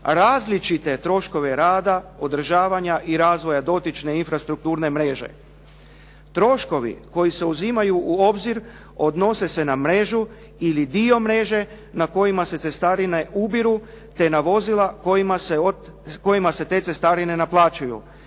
različite troškove rada, održavanja i razvoja dotične infrastrukturne mreže. Troškovi koji se uzimaju u obzir odnose se na mrežu ili dio mreže na kojima se cestarine ubiru te na vozila kojima se te cestarine naplaćuju.